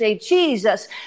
Jesus